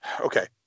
okay